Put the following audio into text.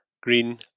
Green